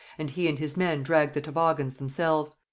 and he and his men dragged the toboggans themselves.